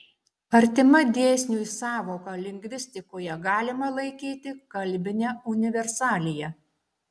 artima dėsniui sąvoka lingvistikoje galima laikyti kalbinę universaliją